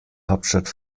hauptstadt